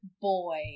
boy